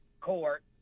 court